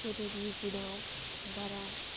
गोदोनि दिनाव बारा